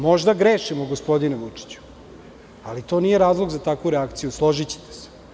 Možda grešimo, gospodine Vučiću, ali to nije razlog za takvu reakciju, složićete se.